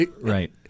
right